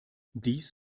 dies